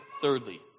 thirdly